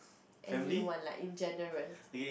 anyone lah in general